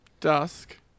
Dusk